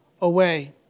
away